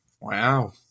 Wow